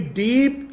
deep